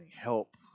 help